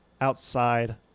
outside